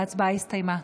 ההצבעה הסתיימה.